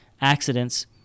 accidents